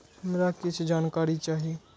हमरा कीछ जानकारी चाही